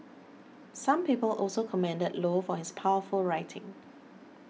some people also commended Low for his powerful writing